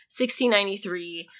1693